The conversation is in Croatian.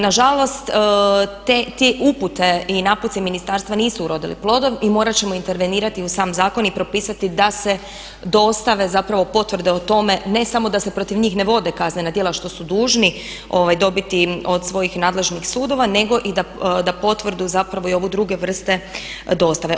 Nažalost, te upute i naputci ministarstva nisu urodili plodom i morat ćemo intervenirati u sam zakon i propisati da se dostave zapravo potvrde o tome ne samo da se protiv njih ne vode kaznena djela što su dužni dobiti od svojih nadležnih sudova nego i da potvrdu zapravo i ovu druge vrste dostave.